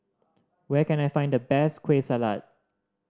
where can I find the best Kueh Salat